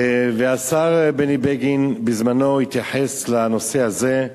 השר בני בגין בזמנו התייחס לנושא הזה,